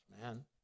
man